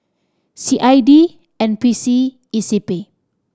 C I D N P C E C P